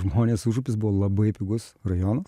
žmonės užupis buvo labai pigus rajonas